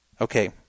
okay